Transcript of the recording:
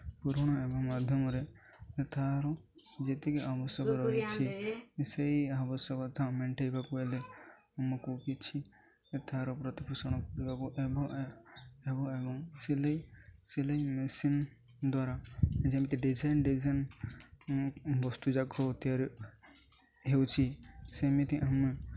ପୁରୁଣା ଏବଂ ମାଧ୍ୟମରେ ଏଠାରୁ ଯେତିକି ଆବଶ୍ୟକ ରହିଛି ସେଇ ଆବଶ୍ୟକତା ମେଣ୍ଟାଇବାକୁ ହେଲେ ଆମକୁ କିଛି ଏଠାର ପ୍ରତିପୋଷଣ କରିବାକୁ ଏବଂ ଏ ଏବଂ ଏବଂ ସିଲେଇ ସିଲେଇ ମେସିନ୍ ଦ୍ୱାରା ଯେମିତି ଡିଜାଇନ୍ ଡିଜାଇନ୍ ବସ୍ତୁଯାକ ତିଆରି ହେଉଛି ସେମିତି ଆମେ